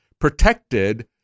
protected